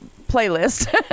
playlist